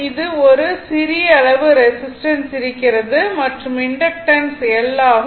இது சிறிய அளவு ரெசிஸ்டன்ஸ் இருக்கிறது மற்றும் இண்டக்டன்ஸ் L ஆகும்